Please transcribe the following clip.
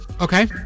Okay